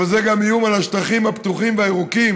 אבל זה גם איום על השטחים הפתוחים והירוקים.